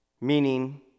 meaning